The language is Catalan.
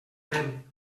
vent